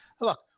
look